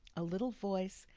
a little voice,